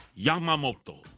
Yamamoto